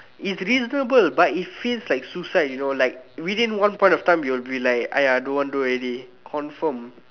it's reasonable but it feels like suicide you know like within one point of time you'll be like !aiya! don't want do already confirm